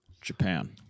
Japan